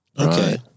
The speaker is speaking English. Okay